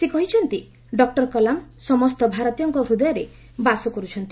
ସେ କହିଛନ୍ତି ଡକୁର କଲାମ୍ ସମସ୍ତ ଭାରତୀୟଙ୍କ ହୃଦୟରେ ବାସ କର୍ଛନ୍ତି